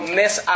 miss